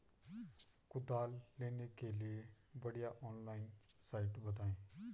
कुदाल लेने के लिए बढ़िया ऑनलाइन साइट बतायें?